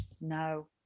no